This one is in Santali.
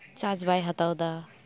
ᱪᱟᱨᱡ ᱵᱟᱭ ᱦᱟᱛᱟᱣᱮᱫᱟ